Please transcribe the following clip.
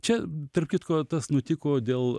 čia tarp kitko tas nutiko dėl